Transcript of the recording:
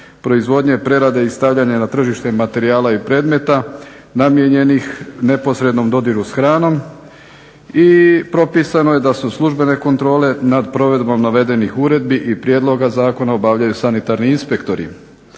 proizvodnje i prerade i stavljanje na tržište materijala i predmeta namijenjenih neposrednom dodiru s hranom i propisano je da su službene kontrole nad provedbom navedenih uredbi i prijedloga zakona obavljaju sanitarni inspektori.